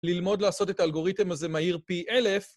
ללמוד לעשות את האלגוריתם הזה מהיר פי אלף.